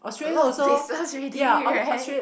a lot of places already right